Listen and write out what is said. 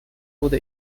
would